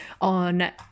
on